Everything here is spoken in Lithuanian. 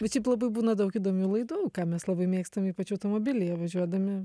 bet šiaip labai būna daug įdomių laidų ką mes labai mėgstam ypač automobilyje važiuodami